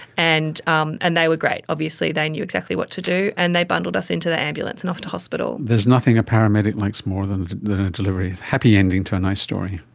and um and they were great, obviously they knew exactly what to do, and they bundled us into the ambulance and off to hospital. there's nothing a paramedic likes more than a delivery, a happy ending to a nice story.